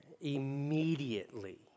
Immediately